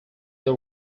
they